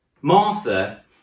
Martha